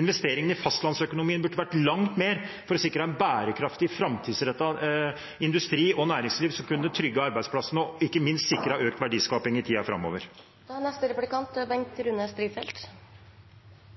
Investeringene i fastlandsøkonomien burde vært langt høyere for å sikre bærekraftig, framtidsrettet industri og næringsliv som kunne trygge arbeidsplassene og ikke minst sikre økt verdiskaping i tiden framover.